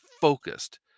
focused